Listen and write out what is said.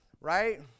right